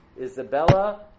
Isabella